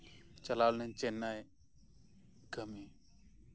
ᱪᱟᱞᱟᱣ ᱞᱮᱱᱟᱹᱧ ᱪᱮᱱᱱᱟᱭ ᱠᱟᱹᱢᱤ